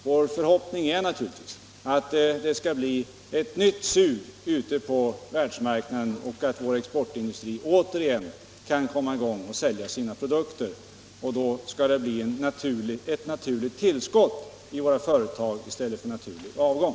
Vår förhoppning är naturligtvis att det skall bli ett nytt sug ute på världsmarknaden och att vår exportindustri återigen kan komma i gång och sälja sina produkter. Då skall det bli ett naturligt tillskott i våra företag i stället för naturlig avgång.